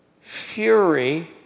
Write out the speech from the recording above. Fury